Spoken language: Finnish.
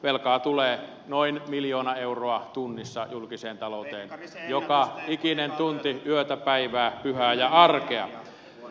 velkaa tulee noin miljoona euroa tunnissa julkiseen talouteen joka ikinen tunti yötä päivää pyhää ja arkea